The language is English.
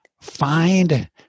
find